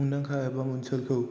मुंदांखा एबा ओनसोलखौ